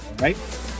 right